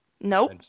Nope